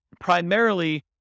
primarily